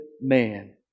man